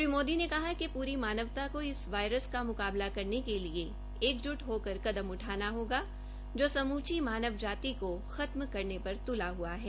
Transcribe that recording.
श्री मोदी ने कहा कि पूरी मानवता को इस वायरस का मुकाबला करने के लिए एक जूट होकर कदम उठाना होगा जो समूची मानव जाति को खत्म करने पर तूला हआ है